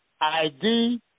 ID